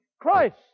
Christ